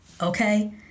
okay